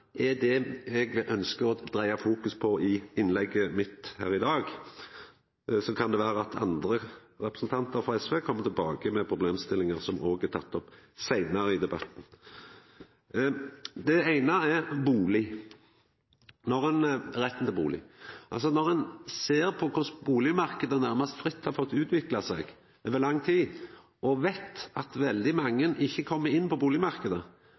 var vellykka. Eg ønskjer å ta opp mykje av det me fokuserte på der, i innlegget mitt her i dag. Så kan det vera at andre representantar frå SV seinare i debatten kjem tilbake med problemstillingar som òg er tatt opp. Det eine er bustad – retten til bustad. Me ser korleis bustadmarknaden nærmast har fått utvikla seg fritt over lang tid, og veit at veldig mange ikkje kjem inn på